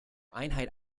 einheit